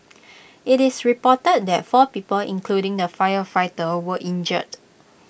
IT is reported that four people including the firefighter were injured